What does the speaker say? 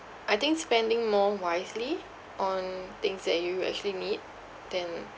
I think spending more wisely on things that you actually need then